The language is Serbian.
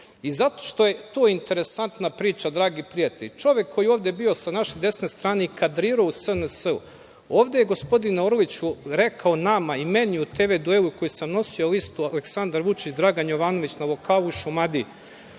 i zato što je to interesantna priča, dragi prijatelji. Čovek koji je ovde bio sa naše desne strane i kadrirao u SNS, ovde je gospodinu Orliću rekao i nama i meni u TV duelu, koji sam nosio listu Aleksandra Vučić –Dragan Jovanović na lokalu u Šumadiji,